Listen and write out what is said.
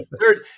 Third